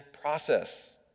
process